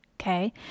okay